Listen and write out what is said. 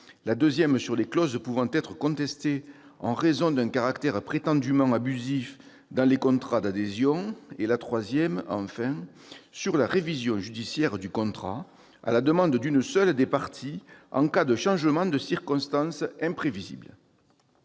la deuxième, sur les clauses pouvant être contestées en raison d'un caractère prétendument abusif dans les contrats d'adhésion ; la troisième, enfin, sur la révision judiciaire du contrat à la demande d'une seule des parties en cas de changement de circonstances imprévisible.